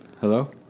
Hello